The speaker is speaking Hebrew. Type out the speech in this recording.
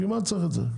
בשביל מה צריך את זה?